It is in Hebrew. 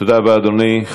תודה רבה, אדוני.